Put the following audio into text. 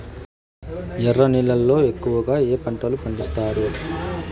ఎర్ర నేలల్లో ఎక్కువగా ఏ పంటలు పండిస్తారు